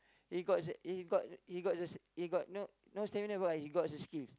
he got the he got he got he got no no stamina bro he got the skills